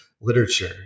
literature